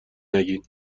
نگین